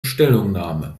stellungnahme